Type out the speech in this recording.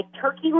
turkey